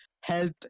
health